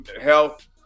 health